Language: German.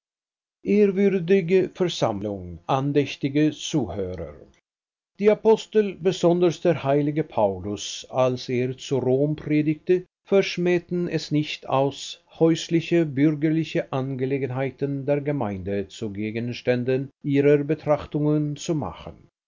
ehrwürdige versammlung andächtige zuhörer die apostel besonders der heilige paulus als er zu rom predigte verschmäheten es nicht auch häusliche bürgerliche angelegenheiten der gemeinde zu gegenständen ihrer betrachtungen zu machen